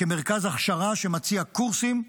כמרכז ההכשרה שמציע קורסים,